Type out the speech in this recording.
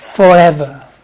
Forever